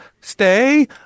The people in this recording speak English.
stay